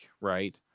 right